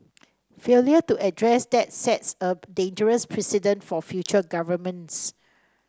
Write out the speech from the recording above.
failure to address that sets a dangerous precedent for future governments